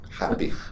happy